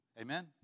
Amen